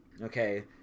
Okay